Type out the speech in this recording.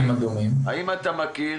האם אתה מכיר